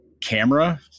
camera